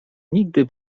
nigdy